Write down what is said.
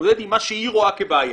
להתמודד עם מה שהיא רואה כבעיה.